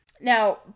Now